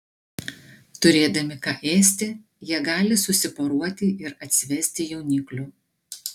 turėdami ką ėsti jie gali susiporuoti ir atsivesti jauniklių